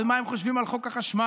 ומה הם חושבים על חוק החשמל.